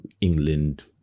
England